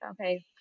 okay